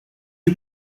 you